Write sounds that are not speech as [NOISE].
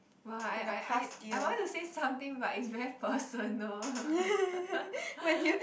!wah! I I I I want to say something but it's very personal [LAUGHS]